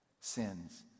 Sins